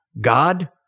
God